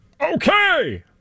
OKAY